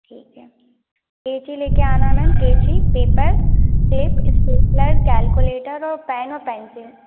ठीक है कैंची लेकर आना मैम कैंची पेपर टेप स्टेपलर कैलकुलेटर और पेन और पेन्सिल